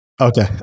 Okay